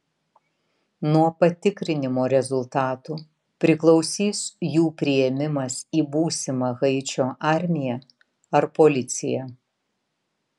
nuo patikrinimo rezultatų priklausys jų priėmimas į būsimą haičio armiją ar policiją